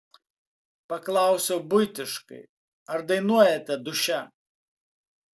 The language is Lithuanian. paklausiu buitiškai ar dainuojate duše